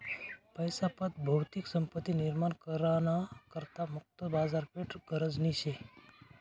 पैसा पत भौतिक संपत्ती निर्माण करा ना करता मुक्त बाजारपेठ गरजनी शे